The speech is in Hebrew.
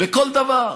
בכל דבר.